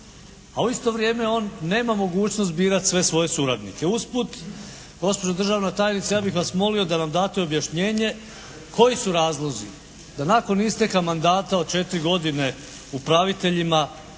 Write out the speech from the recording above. A u isto vrijeme on nema mogućnost birati sve svoje suradnike. Usput gospođo državna tajnice, ja bih vas molio da nam date objašnjenje koji su razlozi da nakon isteka mandata od četiri godine upraviteljima